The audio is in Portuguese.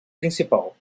principal